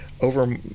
Over